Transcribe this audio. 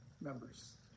members